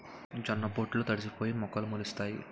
జొన్న పొట్లు తడిసిపోయి మొక్కలు మొలిసేసాయి